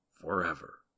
forever